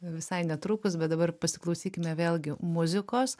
visai netrukus bet dabar pasiklausykime vėlgi muzikos